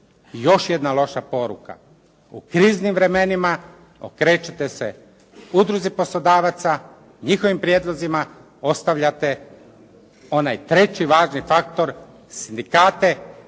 Još jedna loša poruka. U kriznim vremenima okrećete se udruzi poslodavaca, njihovim prijedlozima, ostavljate onaj treći važni faktor sindikate,